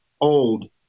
old